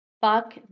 Fuck